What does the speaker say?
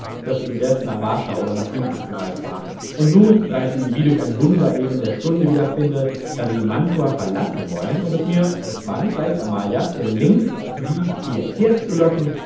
daß sie indes nach warschau oder nach wien abgereist waren und nun da ich sie wie durch ein wunder eben in der stunde wiederfinde da sie mantua verlassen wollen und es mir es war nicht leicht amalia gelingt sie hierherzulocken da